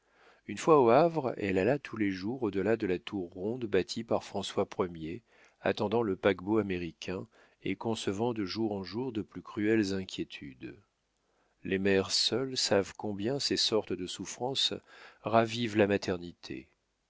une fois au havre elle alla tous les jours au delà de la tour ronde bâtie par françois ier attendant le paquebot américain et concevant de jour en jour les plus cruelles inquiétudes les mères seules savent combien ces sortes de souffrances ravivent la maternité